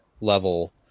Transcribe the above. level